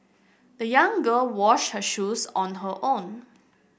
the young girl washed her shoes on her own